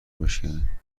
بشکنه